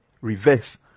reverse